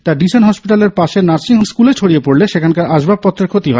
তা ডিসান হসপিটালের পাশে নার্সিং স্কলে ছড়িয়ে পড়লে সেখানকার আসবাবপত্রের ক্ষতি হয়